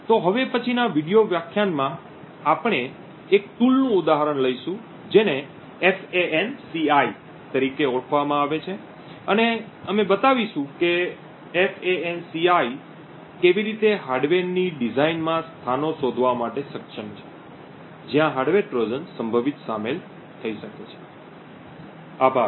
તો હવે પછીના વિડિઓ વ્યાખ્યાનમાં આપણે એક tool નું ઉદાહરણ લઈશું જેને FANCI તરીકે ઓળખવામાં આવે છે અને અમે બતાવીશું કે FANCI કેવી રીતે હાર્ડવેરની ડિઝાઇનમાં સ્થાનો શોધવા માટે સક્ષમ છે જ્યાં હાર્ડવેર ટ્રોજન સંભવિત શામેલ થઈ શકે છે આભાર